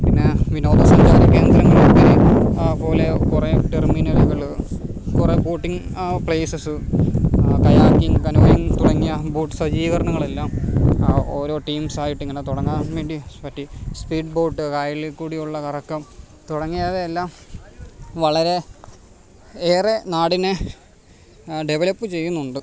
പിന്നേ വിനോദസഞ്ചാരകേന്ദ്രങ്ങളും അങ്ങനെ പോലെ കുറേ ടെർമിനലുകള് കുറെ ബോട്ടിങ് പ്ലേയ്സസ്സ് കയാക്കിങ് കനോയിങ് തുടങ്ങിയ ബോട്ട് സജ്ജീകരണങ്ങളെല്ലാം ഓരോ ടീംസായിട്ടിങ്ങനെ തുടങ്ങാൻ വേണ്ടി പ്പറ്റി സ്പീഡ് ബോട്ട് കായലില്ക്കൂടിയുള്ള കറക്കം തുടങ്ങിയവയെല്ലാം വളരെ ഏറെ നാടിനെ ഡെവലപ്പ് ചെയ്യുന്നുണ്ട്